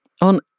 on